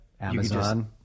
Amazon